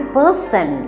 person